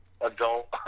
adult